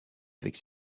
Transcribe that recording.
avec